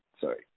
sorry